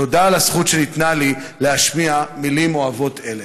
תודה על הזכות שניתנה לי להשמיע מילים אוהבות אלה.